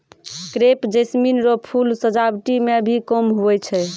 crepe jasmine रो फूल सजावटी मे भी काम हुवै छै